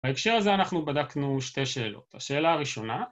‫בהקשר הזה אנחנו בדקנו שתי שאלות. ‫השאלה הראשונה...